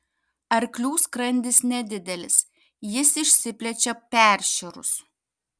arklių skrandis nedidelis jis išsiplečia peršėrus